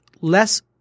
less